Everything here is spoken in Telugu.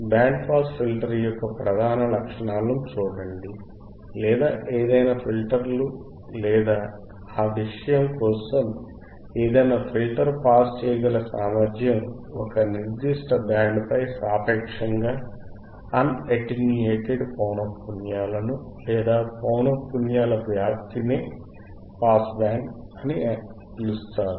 బ్యాండ్ పాస్ ఫిల్టర్ యొక్క ప్రధాన లక్షణాలను చూడండి లేదా ఏమైనా ఫిల్టర్ల లేదా ఆ విషయం కోసం ఏదైనా ఫిల్టర్ పాస్ చేయగల సామర్థ్యం ఒక నిర్దిష్ట బ్యాండ్పై సాపేక్షంగా అన్ అటెన్యూటెడ్ పౌనః పున్యాలను లేదా పౌనఃపున్యాల వ్యాప్తి నే పాస్ బ్యాండ్ అని పిలుస్తారు